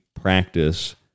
practice